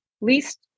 least